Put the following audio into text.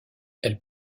elle